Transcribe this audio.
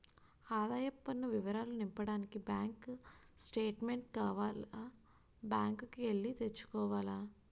ఆదాయపు పన్ను వివరాలు నింపడానికి బ్యాంకు స్టేట్మెంటు కావాల బ్యాంకు కి ఎల్లి తెచ్చుకోవాల